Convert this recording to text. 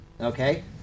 okay